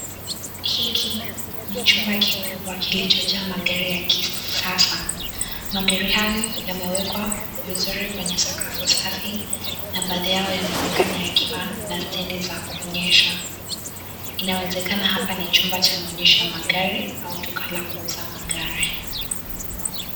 Hiki ni chumba kikubwa kilichojaa magari ya kisasa magari hayo yamewekwa vizuri kwenye sakafu safi na baadhi yao yanaonekana yakiwa na stendi za kuonyesha inawezekana hapa ni chumba cha maonyesho ya magari auto car la kuuza magari.